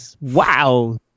Wow